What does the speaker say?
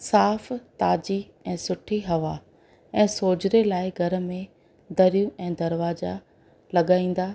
साफु ताजी ऐं सुठी हवा ऐं सोझिरे लाइ घर में धरियूं ऐं दरवाजा लॻाईंदा